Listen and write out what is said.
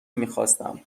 میخواستم